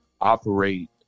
operate